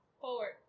forward